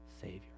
Savior